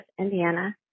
Indiana